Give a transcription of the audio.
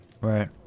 Right